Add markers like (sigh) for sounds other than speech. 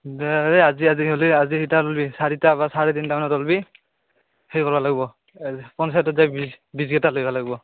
দে আজি আজি হ'লি (unintelligible) চাৰিটা চাৰে তিনিটা মানত ওলাবি সেই কৰিব লাগিব পঞ্চায়তত যায় বীজকেইটা লৈ আহিব লাগিব